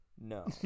No